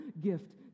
gift